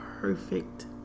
perfect